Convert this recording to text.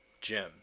Jim